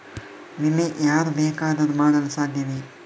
ವಿಮೆ ಯಾರು ಬೇಕಾದರೂ ಮಾಡಲು ಸಾಧ್ಯವೇ?